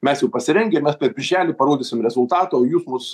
mes jau pasirengę ir mes per birželį parodysim rezultatą o jūs mus